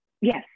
yes